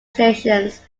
stations